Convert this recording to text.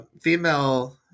female